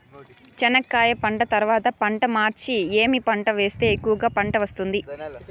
చెనక్కాయ పంట తర్వాత పంట మార్చి ఏమి పంట వేస్తే ఎక్కువగా పంట వస్తుంది?